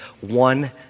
one